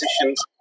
positions